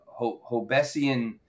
hobbesian